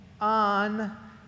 on